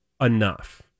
enough